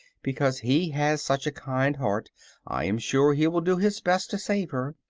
because he has such a kind heart i am sure he will do his best to save her.